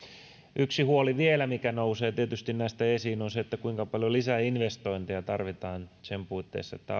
yksi huoli vielä mikä nousee tietysti näistä esiin on se kuinka paljon lisää investointeja tarvitaan sen puitteissa että